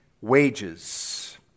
wages